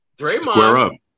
Draymond